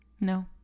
No